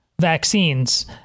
vaccines